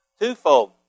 Twofold